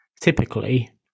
typically